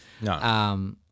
No